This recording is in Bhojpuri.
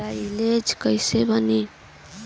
साईलेज कईसे बनी?